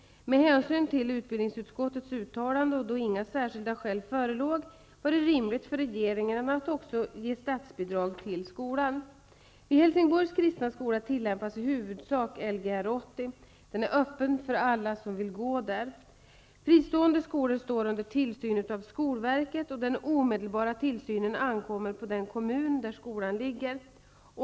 Med hänsyn till utbildningsutskottets uttalande och då inga särskilda skäl förelåg var det rimligt för regeringen att också ge statsbidrag till skolan. Vid Helsingborgs kristna skola tillämpas i huvudsak Lgr 80. Den är öppen för alla som vill gå där. Fristående skolor står under tillsyn av skolverket. Den omedelbara tillsynen ankommer på den kommun där skolan ligger.